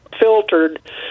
filtered